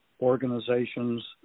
organizations